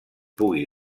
pugui